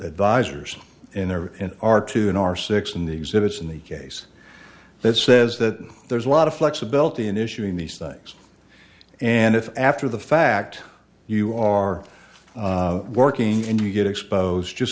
advisors and there are two in our six in the exhibits in the case that says that there's a lot of flexibility in issuing these things and if after the fact you are working and you get exposed just